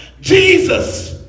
Jesus